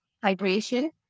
vibration